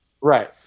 Right